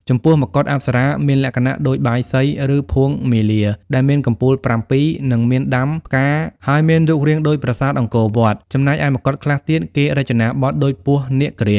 ចំពោះមកុដអប្សរាមានលក្ខណៈដូចបាយសុីឬភួងមាលាដែលមានកំពូលប្រាំពីរនិងមានដាំផ្កាហើយមានរូងរាងដូចប្រាសាទអង្គរវត្តចំណែកឯមកុដខ្លះទៀតគេរចនាបថដូចពស់នាគរាជ។